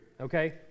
okay